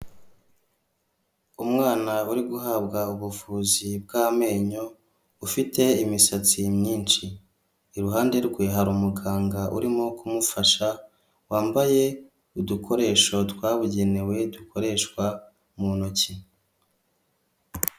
Umwana uri guhabwa ubuvuzi bw'amenyo ufite imisatsi myinshi, iruhande rwe hari umuganga urimo kumufasha wambaye udukoresho twabugenewe dukoreshwa mu ntoki.